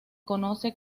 conoce